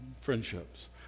friendships